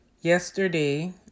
yesterday